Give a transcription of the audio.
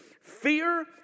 Fear